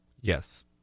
Yes